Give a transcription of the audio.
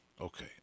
Okay